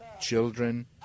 Children